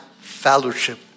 fellowship